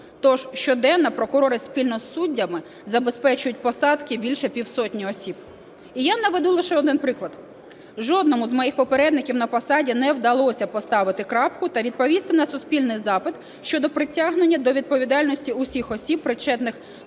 Тож щоденно прокурори, спільно із суддями, забезпечують посадки більше півсотні осіб. І я наведу лише один приклад. Жодному з моїх попередників на посаді не вдалося поставити крапку та відповісти на суспільний запит щодо притягнення до відповідальності всіх осіб, причетних